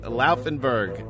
laufenberg